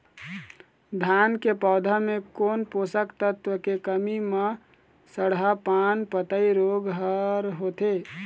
धान के पौधा मे कोन पोषक तत्व के कमी म सड़हा पान पतई रोग हर होथे?